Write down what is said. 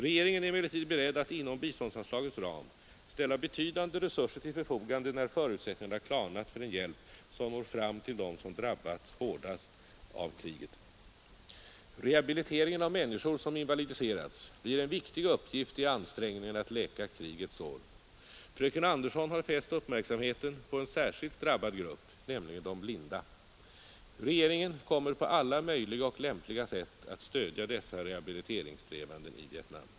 Regeringen är emellertid beredd att inom biståndsanslagens ram ställa betydande resurser till förfogande när förutsättningarna klarnat för en hjälp som når fram till dem som drabbats hårdast av kriget. Rehabiliteringen av människor som invalidiserats blir en viktig uppgift i ansträngningarna att läka krigets sår. Fröken Andersson har fäst uppmärksamheten på en särskilt drabbad grupp, nämligen de blinda. Regeringen kommer på alla möjliga och lämpliga sätt att stödja dessa rehabiliteringssträvanden i Vietnam.